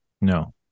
No